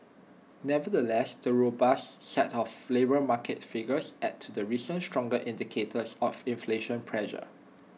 nevertheless the robust set of labour market figures adds to recent stronger indicators of inflation pressure